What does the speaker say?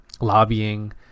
lobbying